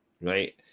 right